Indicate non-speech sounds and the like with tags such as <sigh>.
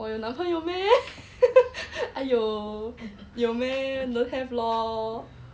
我有男朋友 meh <laughs> !aiyo! 有 meh don't have lor